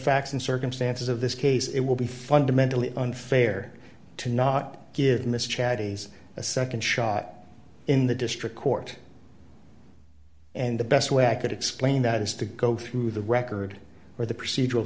facts and circumstances of this case it will be fundamentally unfair to not give miss charities a nd shot in the district court and the best way i could explain that is to go through the record or the procedural